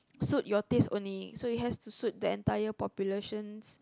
suit your taste only so it has to suit the entire populations